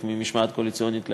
במסגרת המשמעת הקואליציונית,